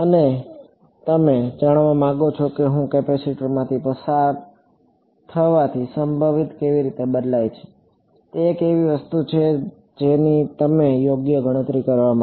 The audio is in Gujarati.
અને તમે જાણવા માંગો છો કે હું કેપેસિટરમાંથી પસાર થવાથી સંભવિત કેવી રીતે બદલાય છે તે એક એવી વસ્તુ છે જેની તમે યોગ્ય ગણતરી કરવા માગો છો